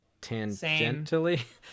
tangentially